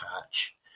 patch